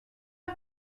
que